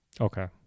Okay